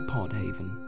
Podhaven